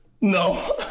No